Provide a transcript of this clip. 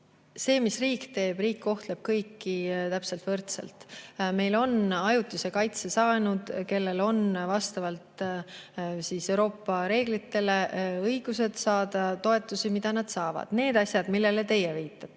See, mida riik teeb – riik kohtleb kõiki täpselt võrdselt. Meil on ajutise kaitse saanud inimesed, kellel on vastavalt Euroopa reeglitele õigus saada neid toetusi, mida nad saavad. Need asjad, millele teie viitate